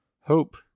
hope